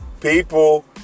People